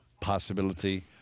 possibility